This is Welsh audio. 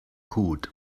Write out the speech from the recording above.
cwd